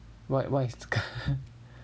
what what's it